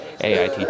AIT